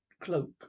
cloak